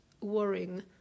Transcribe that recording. worrying